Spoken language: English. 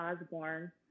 Osborne